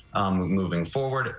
i'm moving forward.